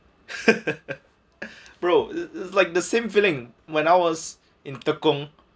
bro it's it's like the same feeling when I was in tekong